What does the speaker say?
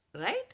right